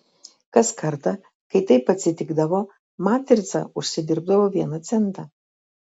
kas kartą kai taip atsitikdavo matrica užsidirbdavo vieną centą